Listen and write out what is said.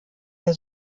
der